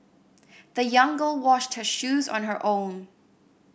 the young girl washed her shoes on her own